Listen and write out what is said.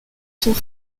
sont